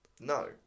No